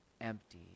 empty